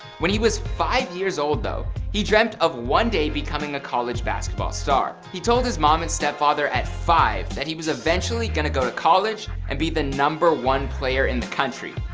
when he was five years old though, he dreamt of one day becoming a college basketball star. he told his mom and step father at five that he was eventually going to go to college and be the number one player in the country.